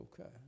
okay